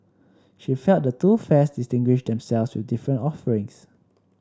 she felt the two fairs distinguished themselves with different offerings